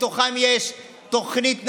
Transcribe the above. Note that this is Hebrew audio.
ובהם יש תוכנית נעלה,